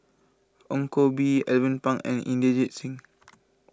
Ong Koh Bee Alvin Pang and Inderjit Singh